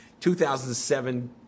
2007